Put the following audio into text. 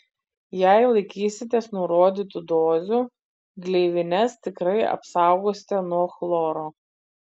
jei laikysitės nurodytų dozių gleivines tikrai apsaugosite nuo chloro